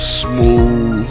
smooth